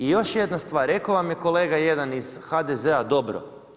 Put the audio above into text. I još jedna stvar, rekao vam je kolega jedan iz HDZ-a dobro.